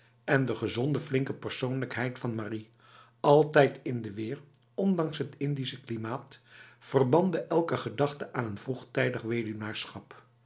en de gezonde flinke persoonlijkheid van marie altijd in de weer ondanks het indische klimaat verbande elke gedachte aan een vroegtijdig